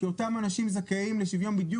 כי אותם אנשים זכאים לשוויון בדיוק